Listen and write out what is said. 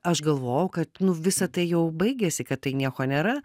aš galvojau kad nu visa tai jau baigėsi kad tai nieko nėra